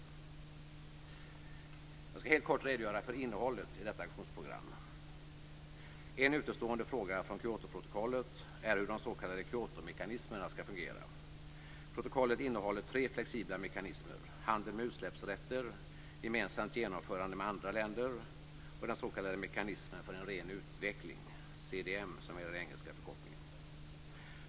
Jag skall helt kort redogöra för innehållet i detta aktionsprogram. En utestående fråga från Kyotoprotokollet är hur de s.k. Kyotomekanismerna skall fungera. Protokollet innehåller tre flexibla mekanismer: handel med utsläppsrätter, gemensamt genomförande med andra länder och den s.k. mekanismen för en ren utveckling. CDM är den engelska förkortningen.